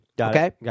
Okay